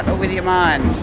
ah with your mind?